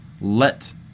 let